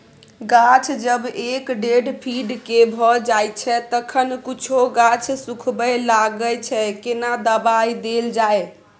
गाछ जब एक डेढ फीट के भ जायछै तखन कुछो गाछ सुखबय लागय छै केना दबाय देल जाय?